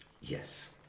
Yes